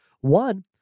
one